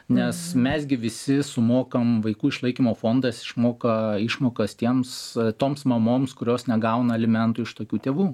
nes mes gi visi sumokam vaikų išlaikymo fondas išmoka išmokas tiems toms mamoms kurios negauna alimentų iš tokių tėvų